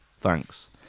thanks